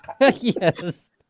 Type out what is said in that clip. Yes